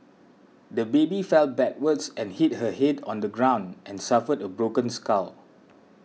the baby fell backwards and hit her head on the ground and suffered a broken skull